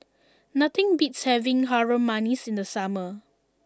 nothing beats having Harum Manis in the summer